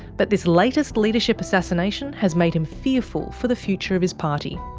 but this latest leadership assassination has made him fearful for the future of his party.